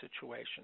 situation